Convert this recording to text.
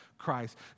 Christ